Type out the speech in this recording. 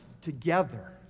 together